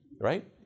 Right